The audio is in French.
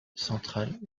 central